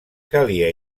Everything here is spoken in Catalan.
calia